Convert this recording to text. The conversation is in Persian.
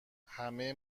همه